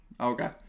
Okay